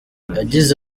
yagize